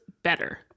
Better